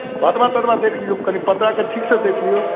भदवा तदवा देखि लिऔ कनि पतराके ठीकसँ देखि लिऔ